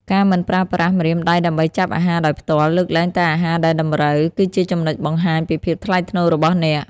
ការមិនប្រើប្រាស់ម្រាមដៃដើម្បីចាប់អាហារដោយផ្ទាល់ លើកលែងតែអាហារដែលតម្រូវ គឺជាចំណុចបង្ហាញពីភាពថ្លៃថ្នូររបស់អ្នក។